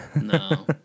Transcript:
no